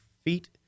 feet